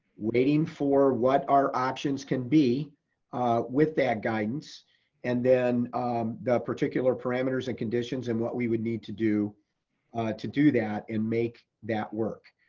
waiting for what our options can be with that guidance and then the particular parameters and conditions and what we would need to do to do that and make that work.